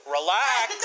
Relax